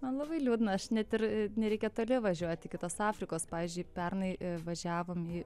man labai liūdna aš net ir nereikia toli važiuot iki tos afrikos pavyzdžiui pernai važiavom į